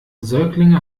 säuglinge